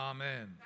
Amen